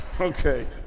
Okay